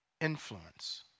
influence